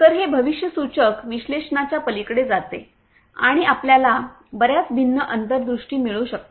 तर हे भविष्यसूचक विश्लेषणाच्या पलीकडे जाते आणि आपल्याला बर्याच भिन्न अंतर्दृष्टी मिळू शकतात